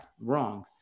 Wrong